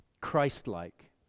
christ-like